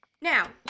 now